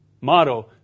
motto